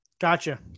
Gotcha